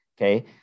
Okay